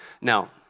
Now